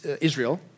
Israel